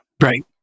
right